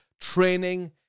Training